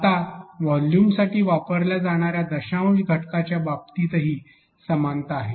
आता व्हॉल्यूमसाठी वापरल्या जाणार्या दशांश घटकाच्या बाबतीतही समानता आहे